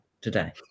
today